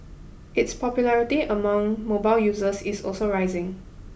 its popularity among mobile users is also rising